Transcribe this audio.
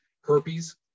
herpes